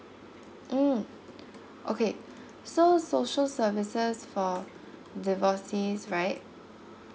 mm okay so social services for divorcees right